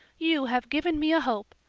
you have given me a hope.